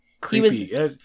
Creepy